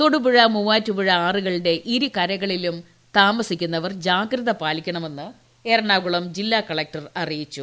തൊടുപുഴ മൂവാറ്റുപുഴ ആറുകളുടെ കരകളിലും താമസിക്കുന്നവർ ജാഗ്രത പാലിക്കണമെന്ന് ഇരു എറണാകുളം ജില്ലാ കളക്ടർ അറിയിച്ചു